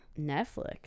Netflix